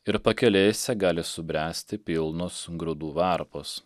ir pakelėse gali subręsti pilnos grūdų varpos